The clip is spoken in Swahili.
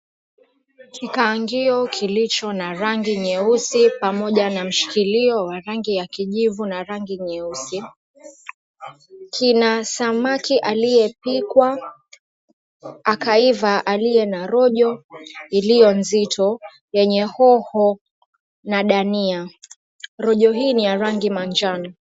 Kikaangio kilicho na rangi nyeusi pamoja na mshikilio wa rangi ya kijivu na rangi nyeusi, kina samaki aliyepikwa akaiva, aliye na rojo iliyo nzito yenye hoho na dania. Rojo hii ni ya rangi manjano.